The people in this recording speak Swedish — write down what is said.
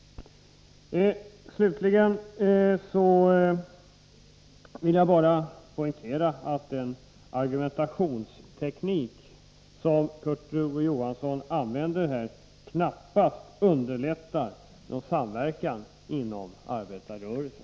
Slutligen vill jag bara poängtera att den argumentationsteknik som Kurt Ove Johansson använder här knappast underlättar någon samverkan inom arbetarrörelsen.